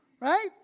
right